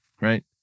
Right